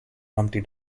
humpty